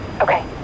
Okay